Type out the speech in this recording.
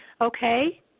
Okay